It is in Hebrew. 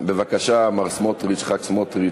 בבקשה, מר סמוטריץ, חבר הכנסת סמוטריץ.